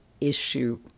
issue